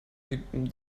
sieben